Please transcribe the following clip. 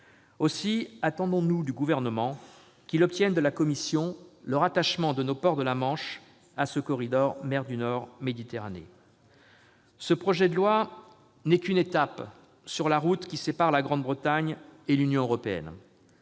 Aussi attendons-nous du Gouvernement qu'il obtienne de la Commission le rattachement de nos ports de la Manche à ce corridor mer du Nord-Méditerranée. Ce projet de loi n'est qu'une étape sur la route qui sépare la Grande-Bretagne et l'Union européenne.